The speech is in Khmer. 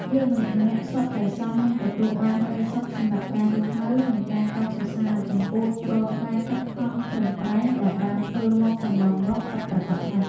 យើងម្នាក់ៗសុទ្ធតែសមនឹងទទួលបានក្ដីសុខសម្រាប់ការរស់នៅនិងការកោតសរសើរចំពោះរាល់ការខិតខំប្រឹងប្រែងដែលបានធ្វើមកកន្លងមកពិតប្រាកដណាស់។